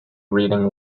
reading